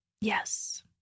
Yes